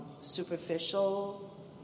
superficial